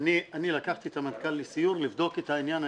אני לקחתי את המנכ"ל לסיור, לבדוק את העניין.